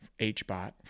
HBOT